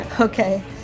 Okay